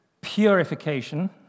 Purification